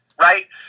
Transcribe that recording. right